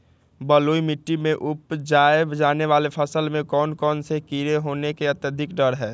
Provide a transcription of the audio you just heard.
बलुई मिट्टी में उपजाय जाने वाली फसल में कौन कौन से कीड़े होने के अधिक डर हैं?